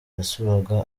yasuraga